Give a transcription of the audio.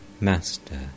Master